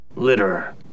Litter